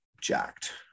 jacked